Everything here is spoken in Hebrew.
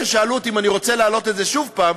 כששאלו אותי אם אני רוצה להעלות את זה עוד פעם,